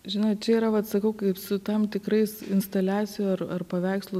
žinot čia yra vat sakau kaip su tam tikrais instaliacijų ar ar paveikslų